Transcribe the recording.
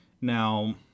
now